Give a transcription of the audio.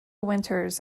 winters